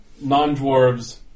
non-dwarves